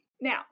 Now